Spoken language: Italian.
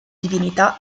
divinità